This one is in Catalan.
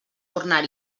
tornar